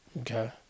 Okay